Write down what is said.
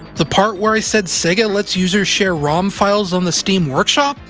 the part where i said sega lets users share rom files on the steam workshop?